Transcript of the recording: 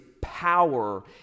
power